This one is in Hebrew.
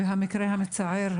והמקרה המצער,